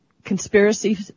conspiracy